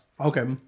Okay